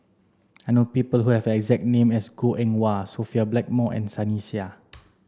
I know people who have the exact name as Goh Eng Wah Sophia Blackmore and Sunny Sia